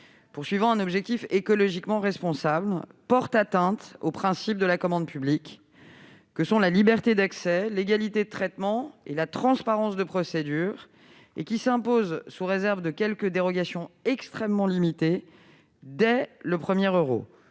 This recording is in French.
visant un « objectif écologiquement responsable » porte atteinte aux principes de la commande publique- liberté d'accès, égalité de traitement et transparence -qui s'imposent, sous réserve de quelques dérogations extrêmement limitées, dès le premier euro.